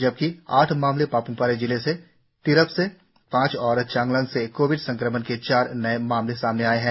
जबकि आठ मामले पाप्मपारे जिले से तिरप से पांच और चांगलांग से कोविड संक्रमण के चार नए मामले सामने आए है